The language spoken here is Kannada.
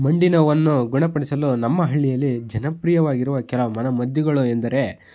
ಮಂಡಿ ನೋವನ್ನು ಗುಣಪಡಿಸಲು ನಮ್ಮ ಹಳ್ಳಿಯಲ್ಲಿ ಜನಪ್ರಿಯವಾಗಿರುವ ಕೆಲವು ಮನೆಮದ್ದುಗಳು ಎಂದರೆ